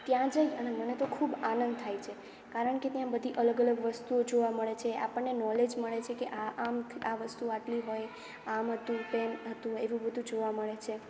ત્યાં જઈ અને મને તો ખૂબ આનંદ થાય છે કારણ કે ત્યાં બધી અલગ અલગ વસ્તુઓ જોવા મળે છે આપણને નૉલેજ મળે છે કે આ આમ આ વસ્તુ આટલી હોય આમ હતું તેમ હતું એવું બધું જોવા મળે છે